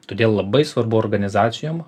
todėl labai svarbu organizacijom